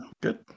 good